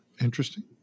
Interesting